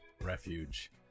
Refuge